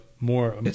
more